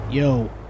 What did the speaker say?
Yo